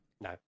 no